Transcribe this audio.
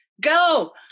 go